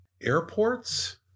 Airports